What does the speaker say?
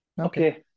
Okay